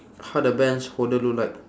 how the bench holder look like